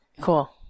Cool